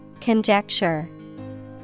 Conjecture